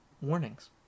warnings